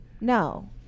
No